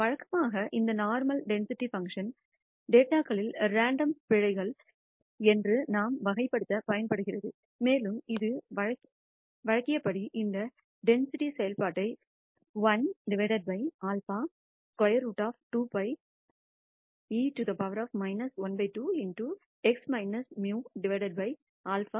வழக்கமாக இந்த normal density function டேட்டாகலீல் ரேண்டம் பிழைகள் என்று நாம் வகைப்படுத்த பயன்படுகிறது மேலும் இது வழங்கியபடி இந்த டென்சிட்டி செயல்பாட்டைக் கொண்டுள்ளது 12e x 222